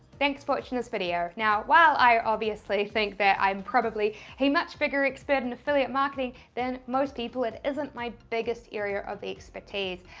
thanks for watching this video. now, while i obviously think that i am probably a much bigger expert in affiliate marketing than most people, it isn't my biggest area of expertise,